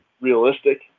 realistic